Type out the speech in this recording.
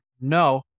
No